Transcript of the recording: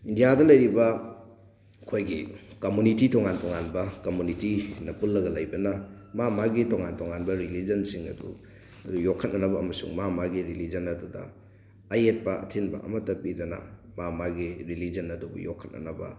ꯏꯟꯗꯤꯌꯥꯗ ꯂꯩꯔꯤꯕ ꯑꯩꯈꯣꯏꯒꯤ ꯀꯝꯃꯨꯅꯤꯇꯤ ꯇꯣꯉꯥꯟ ꯇꯣꯉꯥꯟꯕ ꯀꯝꯃꯨꯅꯤꯇꯤꯅ ꯄꯨꯜꯂꯒ ꯂꯩꯕꯅ ꯃꯥ ꯃꯥꯒꯤ ꯇꯣꯉꯥꯟ ꯇꯣꯉꯥꯟꯕ ꯔꯤꯂꯤꯖꯟꯁꯤꯡ ꯑꯗꯨ ꯌꯣꯛꯈꯠꯅꯅꯕ ꯑꯃꯁꯨꯡ ꯃꯥ ꯃꯥꯒꯤ ꯔꯤꯂꯤꯖꯟ ꯑꯗꯨꯗ ꯑꯌꯦꯠꯄ ꯑꯊꯤꯡꯕ ꯑꯃꯠꯇ ꯄꯤꯗꯅ ꯃꯥ ꯃꯥꯒꯤ ꯔꯤꯂꯤꯖꯟ ꯑꯗꯨꯕꯨ ꯌꯣꯛꯈꯠꯅꯅꯕ